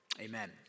Amen